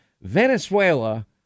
Venezuela